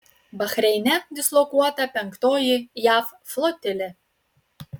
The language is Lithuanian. bahreine dislokuota penktoji jav flotilė